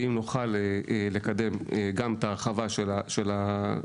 ואם נוכל לקדם גם את ההרחבה של הסעיף